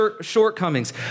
shortcomings